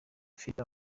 philip